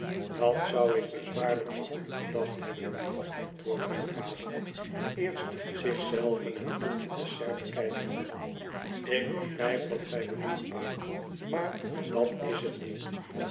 dat zou ik bezwaarlijk van u gedacht hebben lieve antwoordde haar vader eerst zich zelven en toen het dessert bekijkende ik begrijp wat gij bedoelt pa maar dat is het niet